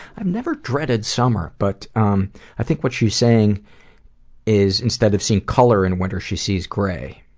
i've never dreaded summer, but um i think what she's saying is, instead of seeing colour in winter, she sees grey.